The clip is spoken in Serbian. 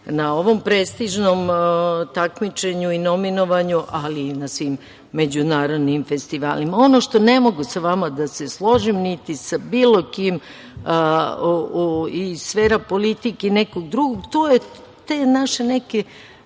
na ovom prestižnom takmičenju i nominovanju, ali i na svim međunarodnim festivalima. Ono što ne mogu sa vama da se složim, niti sa bilo kim iz sfere politike, te neke naše